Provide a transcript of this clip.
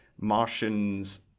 Martians